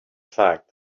fact